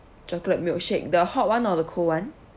chocolate milkshake the hot [one] or the cold [one]